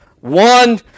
one